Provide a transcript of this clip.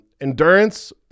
Endurance